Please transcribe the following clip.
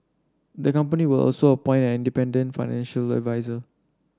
the company will also appoint an independent financial adviser